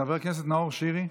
חבר הכנסת נאור שירי.